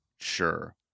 sure